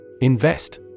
Invest